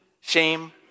shame